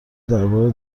درباره